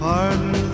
Pardon